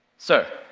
so,